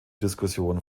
diskussion